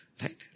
right